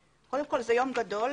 קודם כל, זה יום גדול.